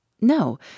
No